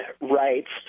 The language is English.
rights